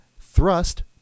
thrust